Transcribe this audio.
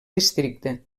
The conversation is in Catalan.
districte